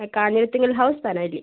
Kanjirathingal house Panavalli